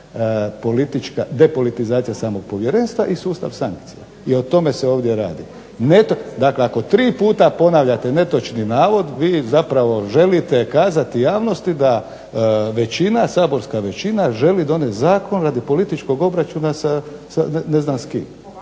politička, depolitizacija samog povjerenstva i sustav sankcija. I o tome se ovdje radi. Dakle ako tri puta ponavljate netočni navod, vi zapravo želite kazati javnosti da većina, saborska većina želi donijeti zakon radi političkog obračuna sa, ne znam s kim.